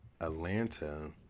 Atlanta